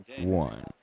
one